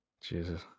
Jesus